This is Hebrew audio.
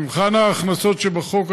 במבחן ההכנסות שבחוק,